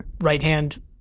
right-hand